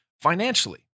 financially